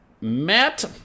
Matt